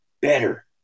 better